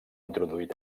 introduït